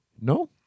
No